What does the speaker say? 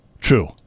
True